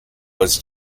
was